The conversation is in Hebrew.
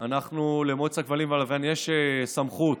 למועצת הכבלים והלוויין יש סמכות